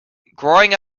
growing